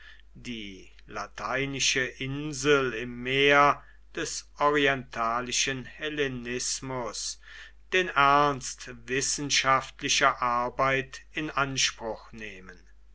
die lateinische insel im meer des orientalischen hellenismus den ernst wissenschaftlicher arbeit in anspruch nehmen